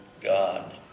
God